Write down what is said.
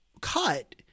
cut